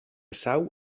sau